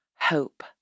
hope